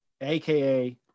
AKA